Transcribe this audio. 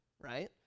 right